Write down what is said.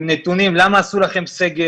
עם נתונים למה נעשה הסגר,